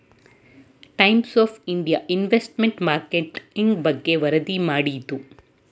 times of India investment market ಬಗ್ಗೆ ವರದಿ ಮಾಡಿತು